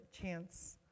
chance